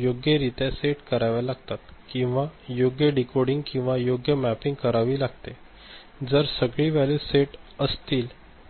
योग्यरित्या सेट कराव्या लागतात किंवा योग्य डिकोडिंग किंवा योग्य मॅपिंग करावी लागते जर सगळी वॅल्यू सेट असतील तर